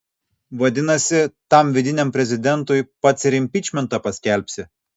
vadinasi tam vidiniam prezidentui pats ir impičmentą paskelbsi